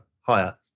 Higher